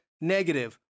negative